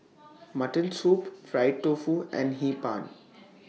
Mutton Soup Fried Tofu and Hee Pan